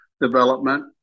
development